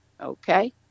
Okay